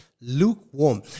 lukewarm